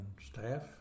staff